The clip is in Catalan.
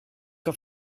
que